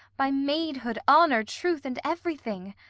by maidhood, honour, truth, and every thing,